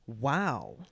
Wow